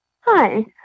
Hi